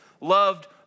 loved